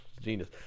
Genius